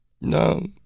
No